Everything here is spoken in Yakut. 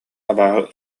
абааһы